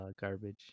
garbage